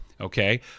okay